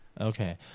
Okay